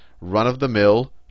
run-of-the-mill